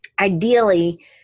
Ideally